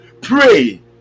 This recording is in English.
pray